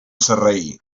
sarraí